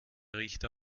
richter